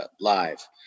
live